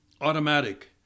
automatic